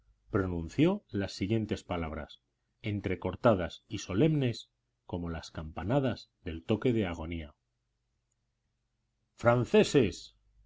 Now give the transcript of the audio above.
pronunció las siguientes palabras entrecortadas y solemnes como las campanadas del toque de agonía franceses